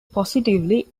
positively